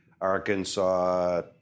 Arkansas